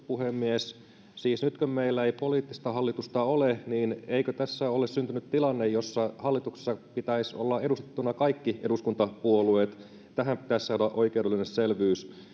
puhemies siis nyt kun meillä ei poliittista hallitusta ole niin eikö tässä ole syntynyt tilanne jossa hallituksessa pitäisi olla edustettuina kaikki eduskuntapuolueet tähän pitäisi saada oikeudellinen selvyys